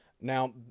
Now